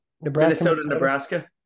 Minnesota-Nebraska